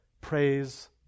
praise